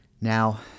Now